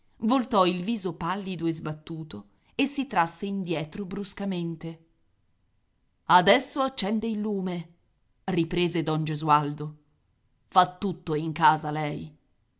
voltò il viso pallido e sbattuto e si trasse indietro bruscamente adesso accende il lume riprese don gesualdo fa tutto in casa lei